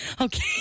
Okay